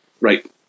Right